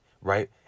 right